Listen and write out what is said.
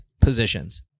positions